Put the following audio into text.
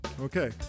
Okay